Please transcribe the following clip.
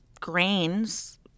grains